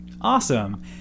Awesome